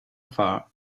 far